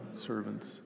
servants